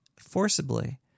forcibly